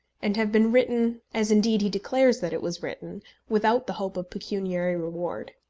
and have been written as indeed he declares that it was written without the hope of pecuniary reward.